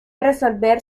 resolver